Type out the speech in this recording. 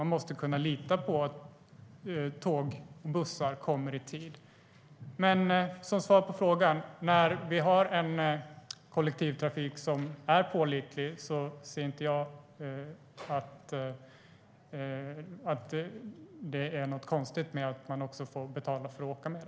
Man måste kunna lita på att tåg och bussar kommer i tid. Som svar på frågan vill jag säga att när vi har en kollektivtrafik som är pålitlig ser jag inte att det är något konstigt med att man också får betala för att åka med.